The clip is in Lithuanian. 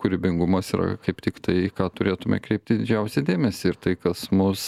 kūrybingumas yra kaip tik tai į ką turėtume kreipti didžiausią dėmesį ir tai kas mus